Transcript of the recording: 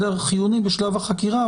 חיוני בשלב החקירה,